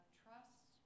trust